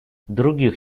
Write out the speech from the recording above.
других